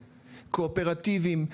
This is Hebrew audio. קואופרטיביים,